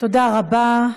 תודה רבה.